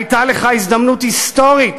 הייתה לך הזדמנות היסטורית